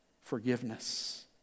Forgiveness